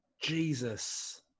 Jesus